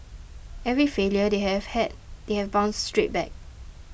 every failure they have had they have bounced straight back